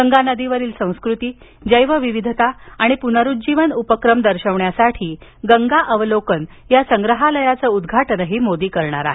गंगा नदीवरील संस्कृती जैवविविधता आणि पुनरुज्जीवन उपक्रम दर्शविण्यासाठी गंगा अवलोकन या संग्रहालयाचं उद्घाटनही मोदी करणार आहेत